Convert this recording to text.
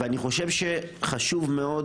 חשוב מאוד